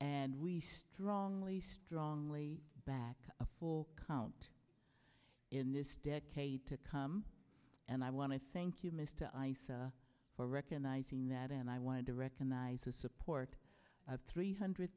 and we strongly strongly back a full count in this decade to come and i want to thank you mr eissa for recognizing that and i wanted to recognize the support of three hundred